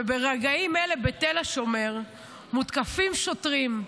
וברגעים אלה בתל השומר מותקפים שוטרים,